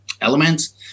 elements